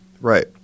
Right